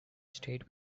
stayed